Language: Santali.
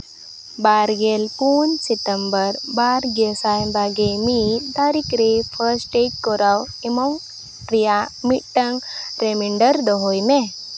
ᱵᱟᱨᱜᱮᱞ ᱯᱩᱱ ᱥᱤᱛᱟᱹᱢᱵᱚᱨ ᱵᱟᱨ ᱜᱮ ᱥᱟᱭ ᱵᱟᱜᱮ ᱢᱤᱫ ᱛᱟᱹᱨᱤᱠᱷ ᱨᱮ ᱯᱷᱟᱥᱴᱮᱜᱽ ᱠᱚᱨᱟᱣ ᱮᱢᱟᱣᱩᱴ ᱨᱮᱭᱟᱜ ᱢᱤᱫᱴᱟᱝ ᱨᱤᱢᱟᱭᱤᱱᱰᱟᱨ ᱫᱚᱦᱚᱭ ᱢᱮ